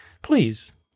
please